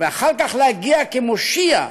ואחר כך להגיע כמושיע,